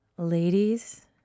Ladies